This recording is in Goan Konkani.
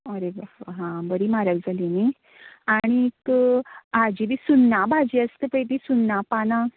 हा बरी म्हारग जाली न्ही आनीक हाजी बी चुन्नां भाजी आसता ते बी चुन्नां पानां